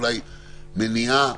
אולי מניעה